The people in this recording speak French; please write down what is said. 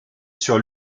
sur